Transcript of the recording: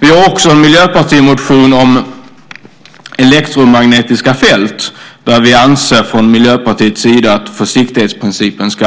Vi har också en miljöpartimotion om elektromagnetiska fält där vi anser att försiktighetsprincipen ska